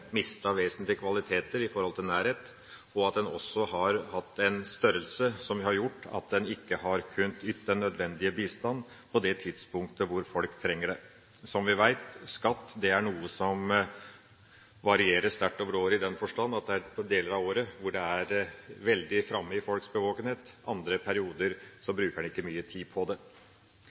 mistet vesentlige kvaliteter i forhold til nærhet, og at den også har hatt en størrelse som har gjort at den ikke har kunnet ytt den nødvendige bistand på det tidspunktet folk trenger det. Som vi veit er dette med skatt noe som varierer sterkt over året, i den forstand at det er deler av året hvor det er veldig framme i folks bevissthet, andre perioder bruker en ikke mye tid på det.